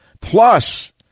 Plus